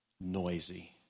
noisy